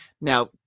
Now